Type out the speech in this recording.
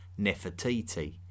Nefertiti